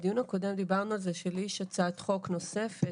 בדיון הקודם דיברנו על זה שלי יש הצעת חוק נוספת